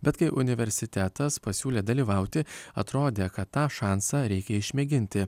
bet kai universitetas pasiūlė dalyvauti atrodė kad tą šansą reikia išmėginti